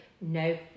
no